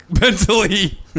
mentally